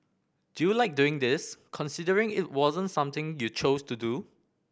do you like doing this considering it wasn't something you chose to do